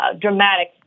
dramatic